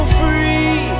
free